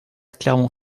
clermont